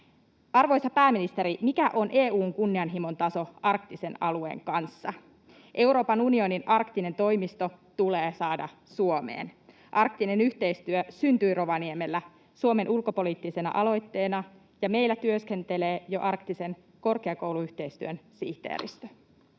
Arvoisa pääministeri, mikä on EU:n kunnianhimon taso arktisen alueen kanssa? Euroopan unionin arktinen toimisto tulee saada Suomeen. Arktinen yhteistyö syntyi Rovaniemellä Suomen ulkopoliittisena aloitteena, ja meillä työskentelee jo arktisen korkeakouluyhteistyön sihteeristö.